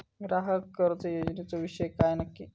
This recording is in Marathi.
ग्राहक कर्ज योजनेचो विषय काय नक्की?